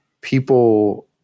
people